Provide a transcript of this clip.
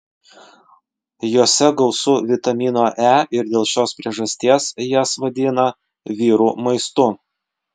jose gausu vitamino e ir dėl šios priežasties jas vadina vyrų maistu